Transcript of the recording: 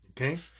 Okay